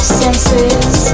senses